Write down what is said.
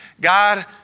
God